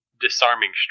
disarming